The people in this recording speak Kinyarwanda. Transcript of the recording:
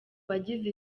bagize